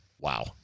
Wow